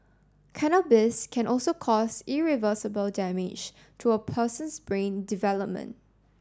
cannabis can also cause irreversible damage to a person's brain development